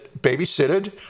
babysitted